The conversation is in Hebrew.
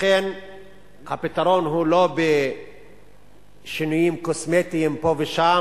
לכן הפתרון הוא לא בשינויים קוסמטיים פה ושם